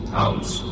house